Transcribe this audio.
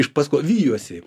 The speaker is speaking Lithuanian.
iš paskos vijosi